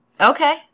Okay